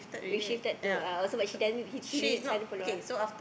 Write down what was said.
we shifted to uh also she didn't sign up for loan ah